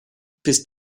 bis